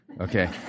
Okay